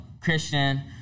Christian